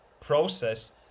process